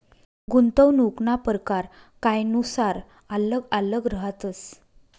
गुंतवणूकना परकार कायनुसार आल्लग आल्लग रहातस